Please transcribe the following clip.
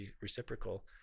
reciprocal